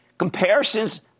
Comparisons